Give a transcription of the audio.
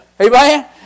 Amen